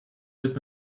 wird